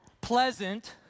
pleasant